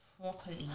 properly